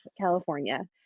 California